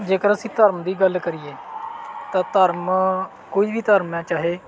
ਜੇਕਰ ਅਸੀਂ ਧਰਮ ਦੀ ਗੱਲ ਕਰੀਏ ਤਾਂ ਧਰਮ ਕੋਈ ਵੀ ਧਰਮ ਹੈ ਚਾਹੇ